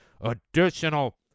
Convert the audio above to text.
additional